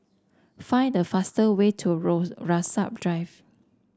find the fast way to Rose Rasok Drive